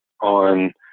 on